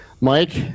Mike